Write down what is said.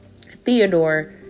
Theodore